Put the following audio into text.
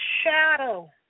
shadow